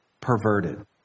perverted